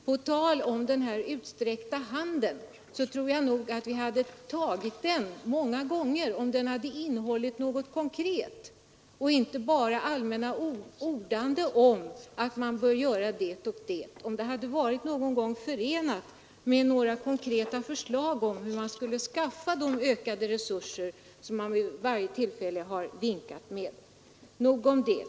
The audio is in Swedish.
På tal om den utsträckta handen tror jag nog att vi hade tagit den många gånger, om den hade innehållit något konkret och det inte bara hade varit ett allmänt ordande om att man bör göra det och det, om det någon gång hade funnits konkreta förslag om hur man skulle skaffa de ökade resurser som man vid varje tillfälle har vinkat med. — Nog om det.